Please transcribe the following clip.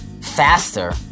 faster